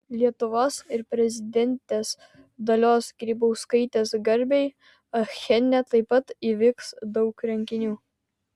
lietuvos ir prezidentės dalios grybauskaitės garbei achene taip pat įvyks daug renginių